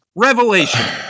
Revelation